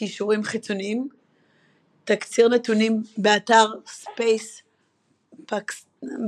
קישורים חיצוניים תקציר נתונים באתר ספייספאקטס